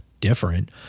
different